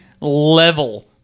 level